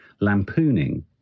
lampooning